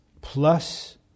plus